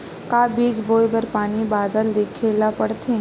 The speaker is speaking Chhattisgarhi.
का बीज बोय बर पानी बादल देखेला पड़थे?